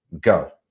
go